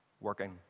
working